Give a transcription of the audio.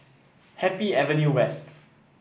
Happy Avenue West